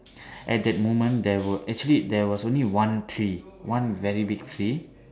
at that moment there were actually there was only one tree one very big tree